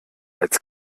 als